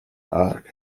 ark